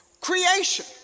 creation